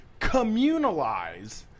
communalize